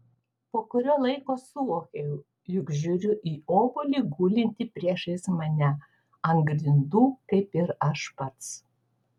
po kurio laiko suvokiau jog žiūriu į obuolį gulintį priešais mane ant grindų kaip ir aš pats